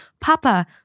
papa